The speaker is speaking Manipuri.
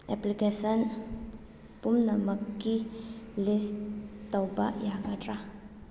ꯑꯦꯄ꯭ꯂꯤꯀꯦꯁꯟ ꯄꯨꯝꯅꯃꯛꯀꯤ ꯂꯤꯁ ꯇꯧꯕ ꯌꯥꯒꯗ꯭ꯔꯥ